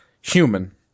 human